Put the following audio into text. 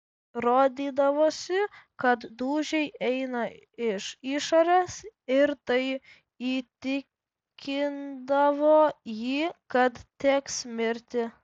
rodydavosi kad dūžiai eina iš išorės ir tai įtikindavo jį kad teks mirti